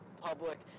public